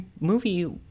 movie